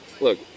Look